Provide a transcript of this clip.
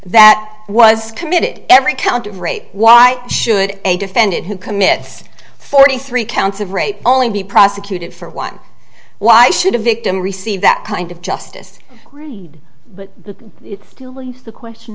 that was committed every count of rape why should a defendant who commits forty three counts of rape only be prosecuted for one why should a victim receive that kind of justice read but it still leaves the question